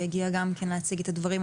שהגיע גם להציג את הדברים.